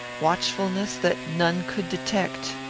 watchfulness that none could detect.